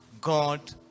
God